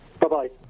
Bye-bye